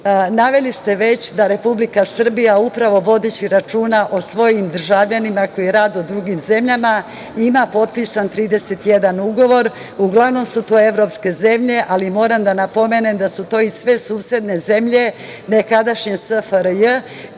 Naveli ste već da Republika Srbija upravo vodeći računa o svojim državljanima koji rade u drugim zemljama ima potpisan 31 ugovor, uglavnom su to evropske zemlje, ali moram da napomenem da su to i sve susedne zemlje nekadašnje SFRJ,